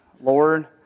Lord